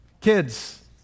Kids